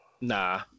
Nah